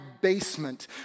basement